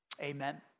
Amen